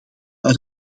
uit